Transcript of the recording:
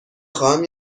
خواهم